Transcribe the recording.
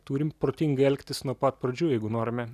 turim protingai elgtis nuo pat pradžių jeigu norime